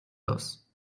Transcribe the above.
los